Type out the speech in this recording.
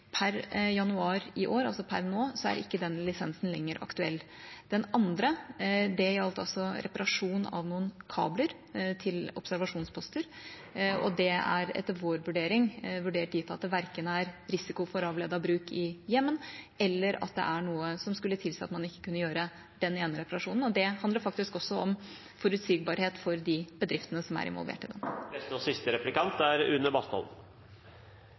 Per januar i år – altså per nå – er ikke den lisensen lenger aktuell. Den andre, som gjaldt reparasjon av noen kabler til observasjonsposter, er etter vår vurdering vurdert dit at det verken er risiko for avledet bruk i Jemen eller noe som skulle tilsi at man ikke kunne gjøre den ene reparasjonen. Det handler faktisk også om forutsigbarhet for de bedriftene som er involvert i det. Mitt spørsmål dreier seg om åpenheten og